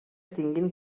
tinguin